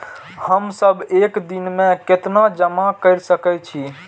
हम सब एक दिन में केतना जमा कर सके छी?